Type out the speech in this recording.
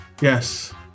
yes